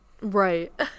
Right